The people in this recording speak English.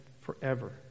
forever